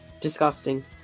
Disgusting